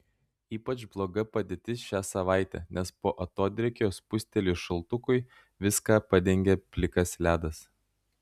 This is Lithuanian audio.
ypač bloga padėtis šią savaitę nes po atodrėkio spustelėjus šaltukui viską padengė plikas ledas